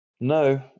No